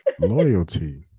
loyalty